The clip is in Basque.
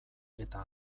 eta